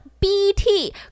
BT